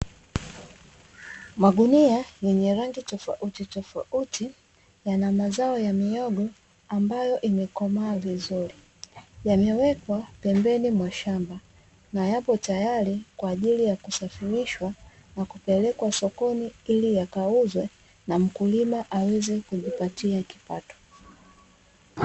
Magunia yenye rangi tofautitofauti yana mazao ya mihogo ambayo imekomaa vizuri, yamewekwa pembeni mwa shamba na yapo tayari, kwa ajili ya kusafirishwa na kupelekwa sokoni ili yakauzwe na mkulima aweze kujipatia kipato.